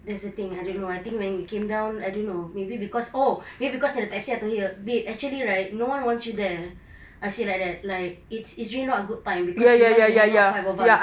that's the thing I don't know I think when we came down I don't know maybe cause oh maybe cause in the taxi I told her babe actually right no one wants you there I say like it's it's really not a good time cause we want to hang out five of us